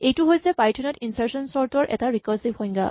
এইটো হৈছে পাইথন ত ইনচাৰ্চন চৰ্ট ৰ এটা ৰিকাৰছিভ সংজ্ঞা